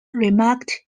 remarked